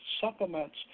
supplements